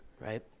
right